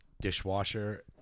dishwasher